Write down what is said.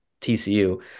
TCU